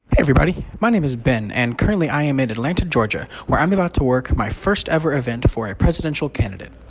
everybody. my name is ben. and currently, i am in atlanta, ga, where i'm about to work my first-ever event for a presidential candidate.